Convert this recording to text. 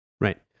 Right